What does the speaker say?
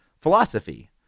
philosophy